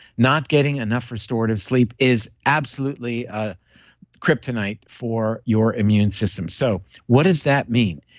not getting enough restorative sleep is absolutely a kryptonite for your immune system. so, what does that mean?